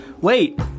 wait